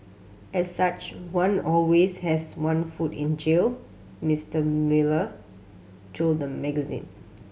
as such one always has one foot in jail Mister Mueller told the magazine